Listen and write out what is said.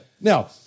Now